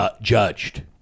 judged